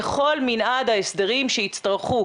לכל מנעד ההסדרים שיצטרכו,